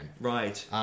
Right